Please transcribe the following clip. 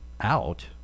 out